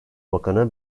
bakanı